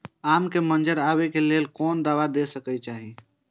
आम के मंजर आबे के लेल कोन दवा दे के चाही?